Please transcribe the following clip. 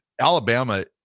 Alabama